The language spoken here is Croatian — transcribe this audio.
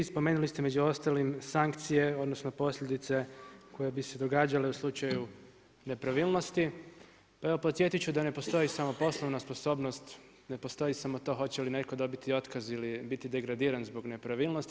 Spomenuli ste među ostalim sankcije, odnosno posljedice koje bi se događale u slučaju nepravilnosti, pa evo podsjetit ću da ne postoji samo poslovna sposobnost, ne postoji samo to hoće li netko dobiti otkaz ili biti degradiran zbog nepravilnosti.